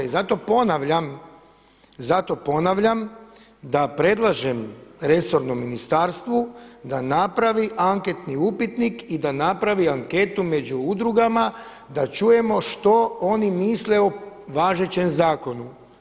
I zato ponavljam, zato ponavljam da predlažem resornom ministarstvu da napravi anketni upitnik i da napravi anketu među udrugama da čujemo što oni misle o važećem zakonu.